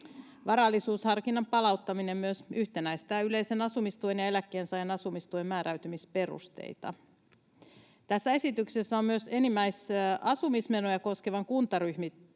Varallisuusharkinnan palauttaminen myös yhtenäistää yleisen asumistuen ja eläkkeensaajan asumistuen määräytymisperusteita. Tässä esityksessä on myös enimmäisasumismenoja koskevan kuntaryhmityksen